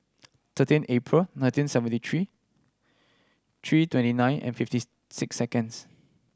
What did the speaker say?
thirteen April nineteen seventy three three twenty nine and fifty six seconds